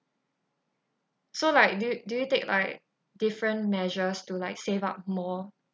so like do you do you take like different measures to like save up more